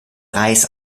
reis